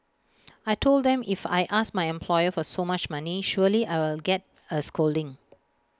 I Told them if I ask my employer for so much money surely I will get A scolding